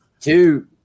Two